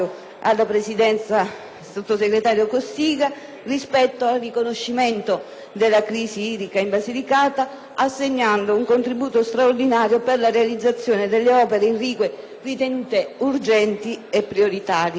ispettivo in merito al riconoscimento della crisi idrica in Basilicata, assegnando un contributo straordinario per la realizzazione delle opere irrigue ritenute urgenti e prioritarie.